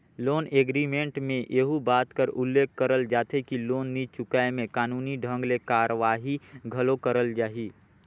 loan agreement में एहू बात कर उल्लेख करल जाथे कि लोन नी चुकाय में कानूनी ढंग ले कारवाही घलो करल जाही